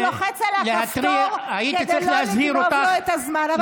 הוא לוחץ על הכפתור כדי לא לגנוב את הזמן.